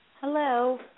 Hello